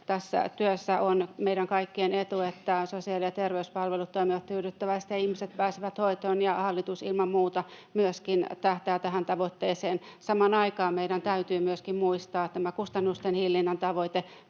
tässä työssä. On meidän kaikkien etu, että sosiaali- ja terveyspalvelut toimivat tyydyttävästi ja ihmiset pääsevät hoitoon, ja hallitus ilman muuta myöskin tähtää tähän tavoitteeseen. Samaan aikaan meidän täytyy myöskin muistaa tämä kustannusten hillinnän tavoite.